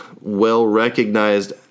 well-recognized